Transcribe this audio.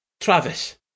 Travis